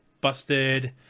busted